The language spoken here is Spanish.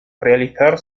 realizar